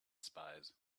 spies